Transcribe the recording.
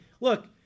Look